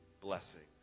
blessings